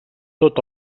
tot